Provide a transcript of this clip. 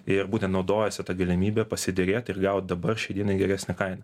ir būtent naudojasi ta galimybe pasiderėti ir gaut dabar šiai dienai geresnę kainą